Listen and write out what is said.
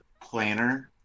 planner